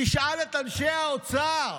תשאל את אנשי האוצר,